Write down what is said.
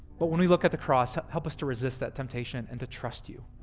but when we look at the cross help us to resist that temptation and to trust you.